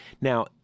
Now